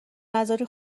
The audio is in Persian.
نذاری